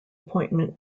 appointment